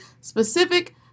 specific